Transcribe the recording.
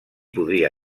podria